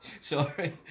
Sorry